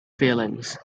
feelings